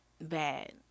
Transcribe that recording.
bad